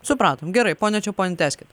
supratom gerai pone čeponi tęskit